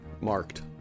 marked